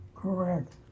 Correct